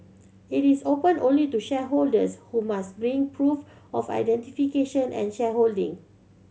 it is open only to shareholders who must bring proof of identification and shareholding